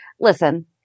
listen